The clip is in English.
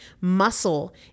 Muscle